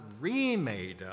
remade